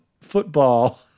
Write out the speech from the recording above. football